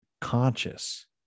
conscious